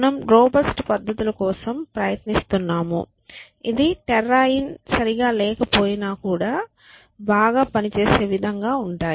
మనం రోబస్ట్ పద్ధతుల కోసం ప్రయత్నిస్తున్నాము ఇది టెర్రాయిన్ సరిగా లేకపోయినా కూడా అవి బాగా పని చేసే విధంగా ఉంటాయి